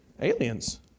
aliens